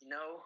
no